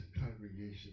congregation